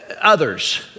others